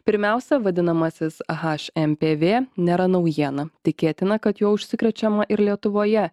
pirmiausia vadinamasis hmpv nėra naujiena tikėtina kad juo užsikrečiama ir lietuvoje